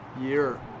year